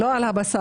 לא על הבשר.